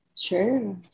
Sure